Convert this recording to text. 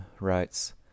writes